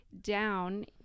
down